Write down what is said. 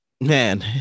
Man